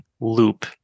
loop